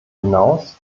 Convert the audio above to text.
hinaus